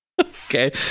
Okay